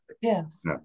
Yes